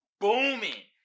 booming